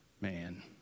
Man